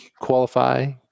qualify